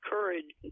Courage